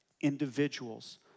individuals